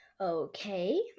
Okay